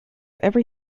every